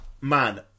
man